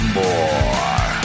more